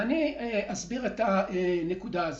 אני אסביר את הנקודה הזאת.